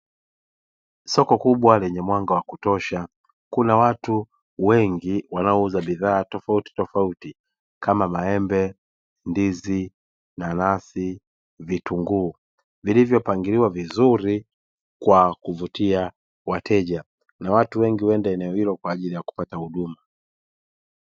Soko kubwa lenye mwanga wa kutosha, kuna watu wengi wanaouza bidhaa tofautitofauti, kama: maembe, ndizi, nanasi na vitunguu; vilivyopangiliwa vizuri kwa kuvutia wateja na watu wengi huenda eneo hilo, kwa ajili ya kupata huduma.